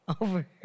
over